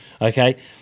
Okay